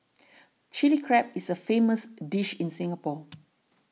Chilli Crab is a famous dish in Singapore